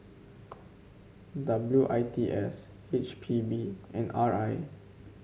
W I T S H P B and R I